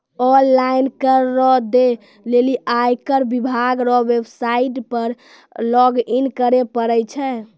online कर रो दै लेली आयकर विभाग रो वेवसाईट पर लॉगइन करै परै छै